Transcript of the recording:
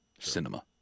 cinema